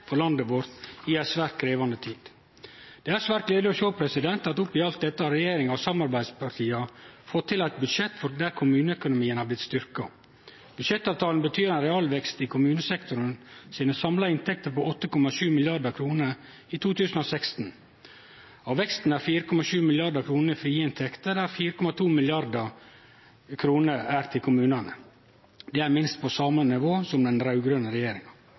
for landet vårt i ei svært krevjande tid. Det er svært gledelig å sjå at oppe i alt dette har regjeringa og samarbeidspartia fått til eit budsjett der kommuneøkonomien har blitt styrkt. Budsjettavtalen betyr ein realvekst i dei samla inntektene til kommunesektoren på 8,7 mrd. kr i 2016. Av veksten er 4,7 mrd. kr frie inntekter, der 4,2 mrd. kr er til kommunane. Det er minst på same nivå som under den raud-grøne regjeringa.